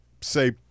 say